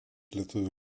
lietuvių